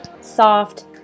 soft